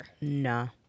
No